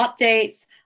updates